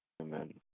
Amen